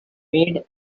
made